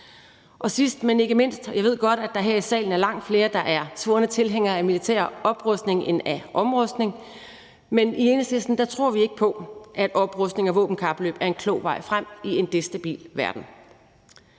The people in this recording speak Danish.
Sidst, men ikke mindst, vil jeg sige, at jeg godt ved, at der her i salen er langt flere, der er svorne tilhængere af militær oprustning end af omrustning, men i Enhedslisten tror vi ikke på, at oprustning og våbenkapløb er en klog vej frem i en destabiliseret